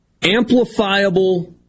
amplifiable